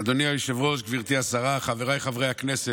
אדוני היושב-ראש, גברתי השרה, חבריי חברי הכנסת,